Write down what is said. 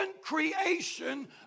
creation